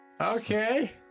Okay